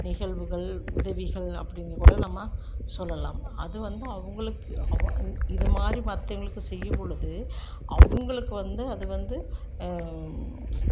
நிகழ்வுகள் உதவிகள் அப்படிங்கிறது கூட நம்ம சொல்லலாம் அது வந்து அவங்களுக்கு அவ இந்த இதை மாதிரி மற்றவிங்களுக்கு செய்யும்பொழுது அவங்களுக்கு வந்து அது வந்து